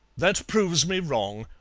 that proves me wrong,